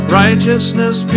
righteousness